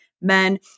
men